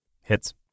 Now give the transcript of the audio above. Hits